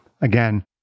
again